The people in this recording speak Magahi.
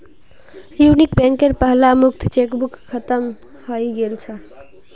यूनियन बैंकेर पहला मुक्त चेकबुक खत्म हइ गेल छ